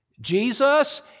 Jesus